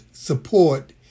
support